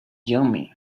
yummy